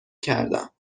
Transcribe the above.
کردم